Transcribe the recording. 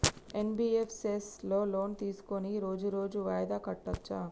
NBFS లో loan తీస్కొని రోజు రోజు వాయిదా కట్టచ్ఛా?